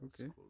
okay